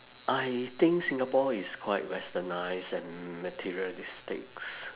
I think singapore is quite westernised and materialistics